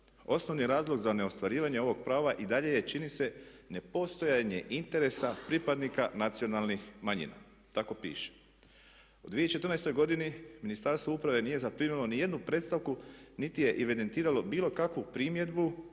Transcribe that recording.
Osnovni razlog za neostvarivanje ovog prava i dalje je čini se nepostojanje interesa pripadnika nacionalnih manjina. Tako piše. U 2014. godini Ministarstvo uprave nije zaprimilo nijednu predstavku niti je evidentiralo bilo kakvu primjedbu